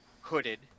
hooded